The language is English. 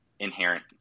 inherent